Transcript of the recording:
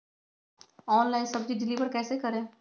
Online सब्जी deliver कैसे करें?